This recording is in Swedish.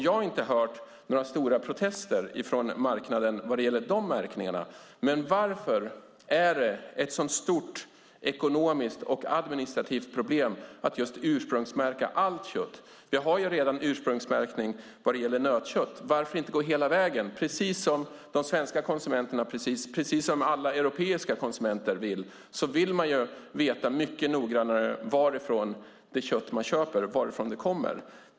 Jag har inte hört några stora protester från marknaden vad gäller de märkningarna. Varför är det ett sådant stort ekonomiskt och administrativt problem att just ursprungsmärka allt kött? Vi har ju redan ursprungsmärkning vad gäller nötkött. Varför inte gå hela vägen? De svenska konsumenterna precis som alla europeiska konsumenter vill ju veta mycket noggrannare varifrån det kött de köper kommer.